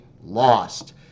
lost